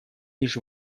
лишь